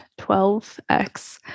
12X